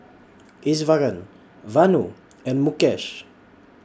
Iswaran Vanu and Mukesh